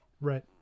Right